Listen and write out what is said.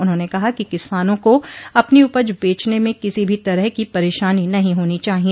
उन्होंने कहा कि किसानों को अपनी उपज बेचने में किसी भी तरह के परेशानी नहीं होनी चाहिए